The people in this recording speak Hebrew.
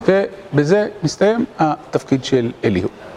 ובזה מסתיים התפקיד של אליהו.